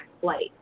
flight